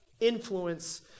Influence